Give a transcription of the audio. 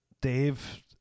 Dave